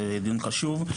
אני חושב שהוא דיון חשוב.